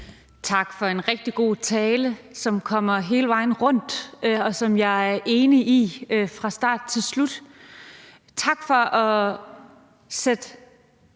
Tak for en rigtig god tale, som kommer hele vejen rundt, og som jeg er enig i fra start til slut. Tak for, at